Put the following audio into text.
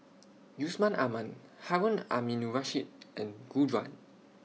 Yusman Aman Harun Aminurrashid and Gu Juan